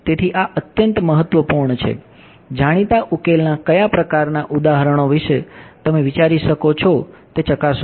તેથી આ અત્યંત મહત્વપૂર્ણ છે જાણીતા ઉકેલના કયા પ્રકારનાં ઉદાહરણો વિશે તમે વિચારી શકો છો તે ચકાશો